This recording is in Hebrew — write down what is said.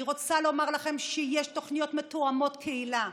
אני רוצה לומר לכם שיש תוכניות מותאמות קהילה,